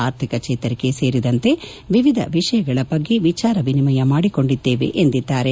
ಅರ್ಥಿಕ ಚೇತರಿಕೆ ಸೇರಿದಂತೆ ವಿವಿಧ ವಿಷಯಗಳ ಬಗ್ಗೆ ವಿಚಾರ ವಿನಿಮಯ ಮಾಡಿಕೊಂಡಿದ್ದೇವೆ ಎಂದಿದ್ದಾರೆ